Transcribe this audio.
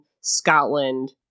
Scotland